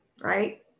right